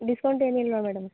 discount ಏನೂ ಇಲ್ವ madam